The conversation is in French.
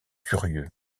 curieux